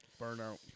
Burnout